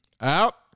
Out